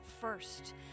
first